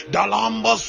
Dalamba